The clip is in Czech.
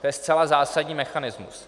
To je zcela zásadní mechanismus.